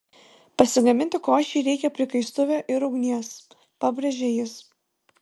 pasigaminti košei reikia prikaistuvio ir ugnies pabrėžė jis